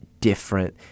different